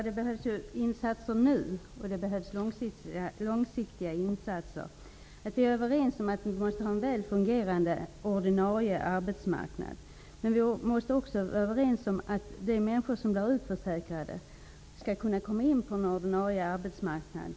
Fru talman! Det behövs långsiktiga insatser nu. Vi är överens om att vi måste ha en väl fungerande ordinarie arbetsmarknad. Men vi måste också vara överens om att de människor som är utförsäkrade skall kunna komma in på den ordinarie arbetsmarknaden.